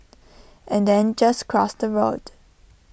and then just cross the road